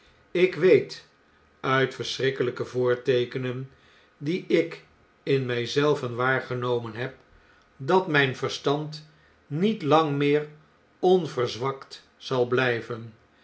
ik weet uit verschrikkelpe voorteekenen die ik in mij zelven waargenomen heb dat mijn verstand nietlang meer onverzwakt zal bln'ven